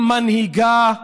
היא מנהיגה,